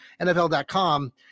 NFL.com